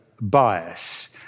Bias